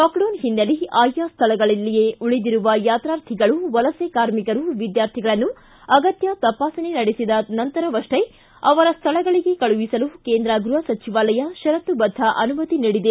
lockdown ಹಿನ್ನೆಲೆ ಆಯಾ ಸ್ಥಳಗಳಲ್ಲಿಯೇ ಉಳಿದಿರುವ ಯಾತ್ರಾರ್ಥಿಗಳು ವಲಸೆ ಕಾರ್ಮಿಕರು ವಿದ್ಯಾರ್ಥಿಗಳನ್ನು ಅಗತ್ಯ ತಪಾಸಣೆ ನಡೆಸಿದ ನಂತರವಷ್ಷೇ ಅವರ ಸ್ವಳಗಳಿಗೆ ಕಳುಹಿಸಲು ಕೇಂದ್ರ ಗ್ಬಹ ಸಚಿವಾಲಯ ಷರತ್ತು ಬದ್ದ ಅನುಮತಿ ನೀಡಿದೆ